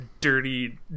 dirty